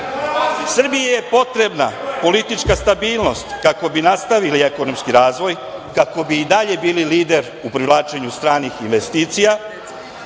deteta. Srbiji je potrebna politička stabilnost kako bi nastavili ekonomski razvoj, kako bi i dalje bili lider u privlačenju stranih investicija,